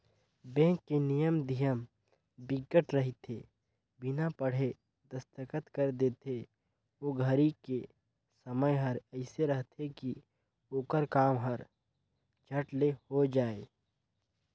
bank के नियम धियम बिकट रहिथे बिना पढ़े दस्खत कर देथे ओ घरी के समय हर एइसे रहथे की ओखर काम हर झट ले हो जाये